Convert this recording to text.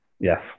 Yes